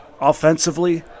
Offensively